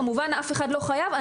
כמובן אף אחד לא חייב לעשות עלייה.